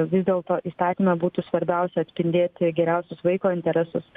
vis dėl to įstatyme būtų svarbiausia atspindėti geriausius vaiko interesus